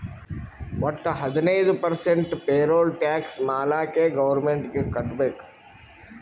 ವಟ್ಟ ಹದಿನೈದು percent payroll tax ಮಾಲ್ಲಾಕೆ ಗೌರ್ಮೆಂಟ್ಗ್ ಕಟ್ಬೇಕ್